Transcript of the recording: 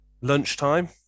lunchtime